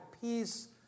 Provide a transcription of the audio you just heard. peace